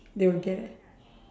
they okay